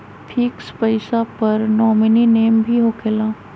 Fix पईसा पर nominee name भी होकेला?